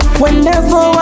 Whenever